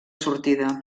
sortida